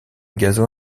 gazon